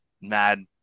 mad